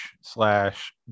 slash